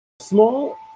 small